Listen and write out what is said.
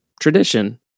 tradition